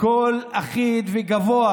בקול אחיד וגבוה: